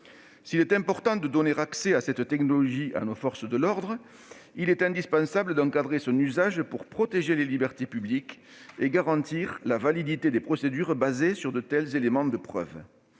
S'il est important de donner à nos forces de l'ordre un accès à cette technologie, il est indispensable d'encadrer son usage pour protéger les libertés publiques et garantir la validité des procédures fondées sur de tels éléments de preuve.